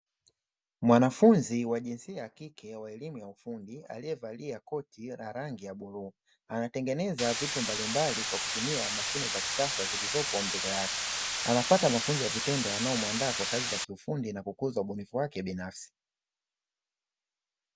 Mwanafunzi wa jinsia ya kike wa elimu ya ufundi, aliyevalia koti la rangi ya bluu. Anatengeneza vitu mbalimbali kwa kutumia mashine za kisasa zilizopo mbele yake. Anapata mafunzo ya vitendo yanayowaandaa kwa kazi za kiufundi na kukuza ubunifu wake binafsi.